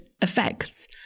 effects